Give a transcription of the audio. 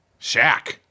Shaq